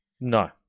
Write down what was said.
No